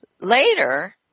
Later